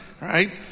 right